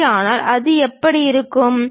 அப்படியானால் அது எப்படி இருக்கும்